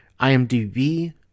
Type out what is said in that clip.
IMDb